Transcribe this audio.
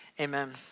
Amen